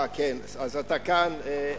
כן, אז אתה כאן.